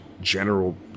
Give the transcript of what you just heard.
general